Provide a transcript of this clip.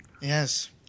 Yes